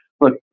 look